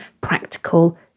practical